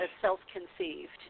self-conceived